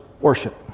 worship